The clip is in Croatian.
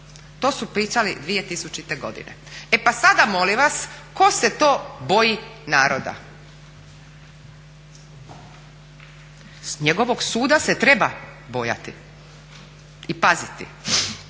To su pisali 2000. godine. E pa sada molim vas ko se to boji naroda? S njegovog suda se treba bojati i paziti.